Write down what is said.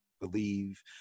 believe